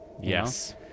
Yes